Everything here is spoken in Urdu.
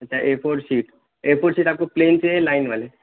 اچھا A four set A four set آپ کو پلین چاہیے یا لائن والے